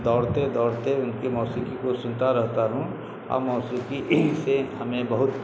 دوڑتے دوڑتے ان کے موسیقی کو سنتا رہتا ہوں اور موسیقی سے ہمیں بہت